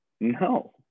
No